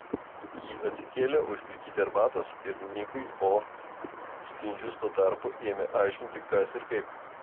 ji atsikėlė užplikyti arbatos ir nikui o spindžius tuo tarpu ėmė aiškinti kas ir kaip